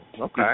Okay